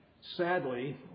sadly